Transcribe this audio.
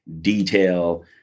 detail